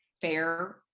fair